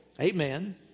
Amen